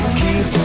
keep